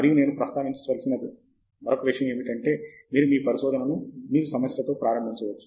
మరియు నేను ప్రస్తావించదలిచిన మరొక విషయం ఏమిటంటే మీరు మీ పరిశోధనను మీరు సమస్యతో ప్రారంభించవచ్చు